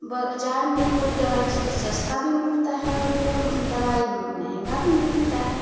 बज़ार में कोई दवाई सस्ती भी मिलती है और कोई दवाई महंगी भी मिलती है